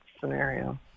scenario